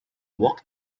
walked